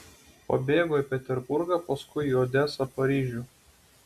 pabėgo į peterburgą paskui į odesą paryžių